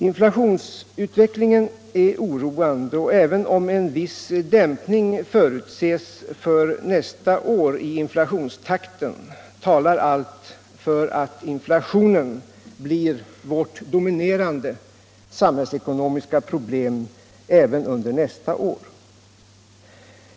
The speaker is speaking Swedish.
Inflationsutvecklingen är oroande, och även om en viss dämpning i inflationstakten förutses för nästa år, talar allt för att inflationen blir vårt dominerande samhällsekonomiska problem även under nästa år.